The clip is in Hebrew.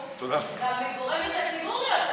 גם היא גורמת לציבור להיות אדיש.